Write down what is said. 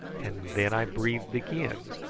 and then i breathed again,